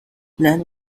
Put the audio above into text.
land